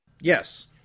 yes